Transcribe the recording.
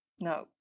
No